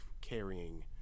carrying